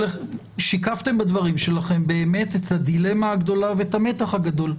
ששיקפתם בדברים שלכם באמת את הדילמה הגדולה ואת המתח הגדול,